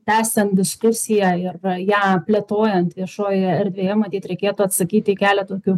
tęsiam diskusiją ir va ją plėtojant viešojoje erdvėje matyt reikėtų atsakyti į kelią tokių